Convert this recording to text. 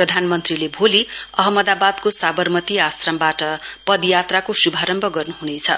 प्रधानमन्त्रीले भोली अहमदावादको साबरमति आऋमबाट पदयात्राको श्भारम्भ गर्नुहनेछ